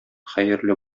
хәерле